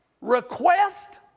request